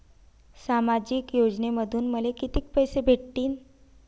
सामाजिक योजनेमंधून मले कितीक पैसे भेटतीनं?